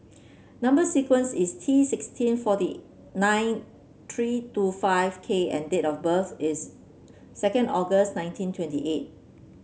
number sequence is T sixteen forty nine three two five K and date of birth is second August nineteen twenty eight